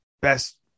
Best